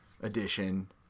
Edition